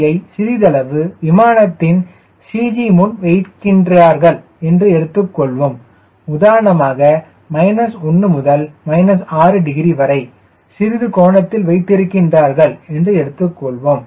c யை சிறிதளவு விமானத்தின் CG முன் வைக்கின்றார்கள் என்று எடுத்துக்கொள்வோம் மற்றும் உதாரணமாக 1 முதல் 6 டிகிரி வரை சிறிது கோணத்தில் வைத்திருக்கின்றீர்கள் என்று எடுத்துக் கொள்வோம்